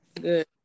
good